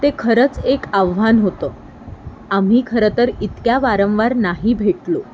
ते खरंच एक आव्हान होतं आम्ही खरंतर इतक्या वारंवार नाही भेटलो